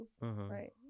Right